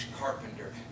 carpenter